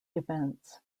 events